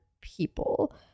people